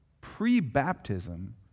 pre-baptism